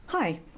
Hi